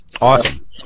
Awesome